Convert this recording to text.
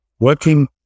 working